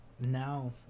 Now